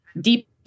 deep